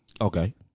Okay